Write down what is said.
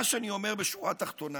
מה שאני אומר בשורה התחתונה